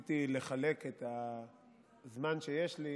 ניסיתי לחלק את הזמן שיש לי